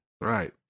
Right